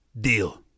deal